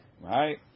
right